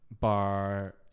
bar